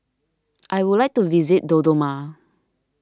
I would like to visit Dodoma